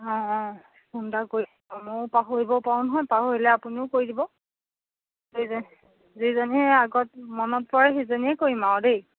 অঁ অঁ ফোন এটা কৰিব মইও পাহৰিব পাৰোঁ নহয় পাহৰিলে আপুনিও কৰি দিব এইযে যিজনীয়ে আগত মনত পৰে সেইজনীয়ে কৰিম আৰু দেই